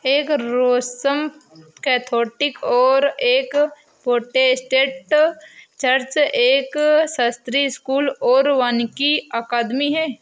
एक Roman Catholic और एक प्रोटेस्टेंट चर्च, एक शास्त्रीय स्कूल और वानिकी अकादमी है